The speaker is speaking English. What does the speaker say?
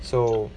so